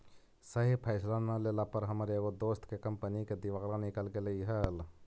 सही फैसला न लेला पर हमर एगो दोस्त के कंपनी के दिवाला निकल गेलई हल